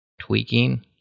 tweaking